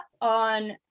on